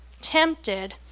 tempted